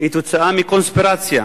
היא תוצאה של קונספירציה